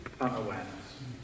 unawareness